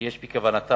כי יש בכוונתם